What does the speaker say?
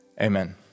amen